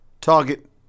Target